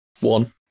One